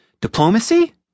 Diplomacy